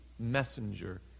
messenger